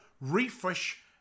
refresh